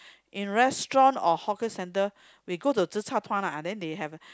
in restaurant or hawker centre we go to tze-char-tuan ah and then they have a